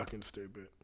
stupid